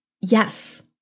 yes